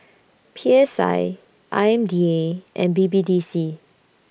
P S I I M D A and B B D C